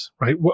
right